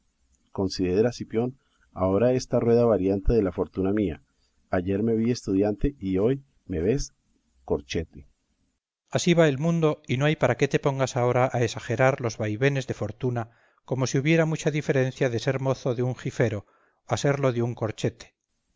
considera cipión ahora esta rueda variable de la fortuna mía ayer me vi estudiante y hoy me vees corchete cipión así va el mundo y no hay para qué te pongas ahora a esagerar los vaivenes de fortuna como si hubiera mucha diferencia de ser mozo de un jifero a serlo de un corchete